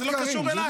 אבל זה לא קשור אליי.